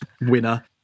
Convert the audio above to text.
winner